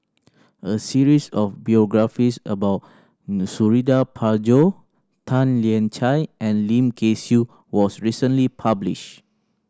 a series of biographies about Suradi Parjo Tan Lian Chye and Lim Kay Siu was recently published